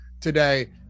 today